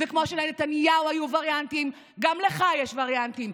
וכמו שלנתניהו היו וריאנטים גם לך יש וריאנטים,